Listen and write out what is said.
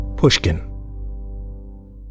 Pushkin